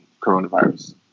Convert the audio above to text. coronavirus